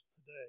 today